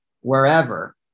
wherever